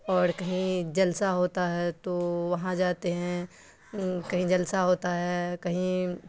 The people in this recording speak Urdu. اور کہیں جلسہ ہوتا ہے تو وہاں جاتے ہیں کہیں جلسہ ہوتا ہے کہیں